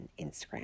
Instagram